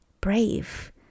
brave